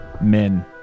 men